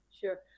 sure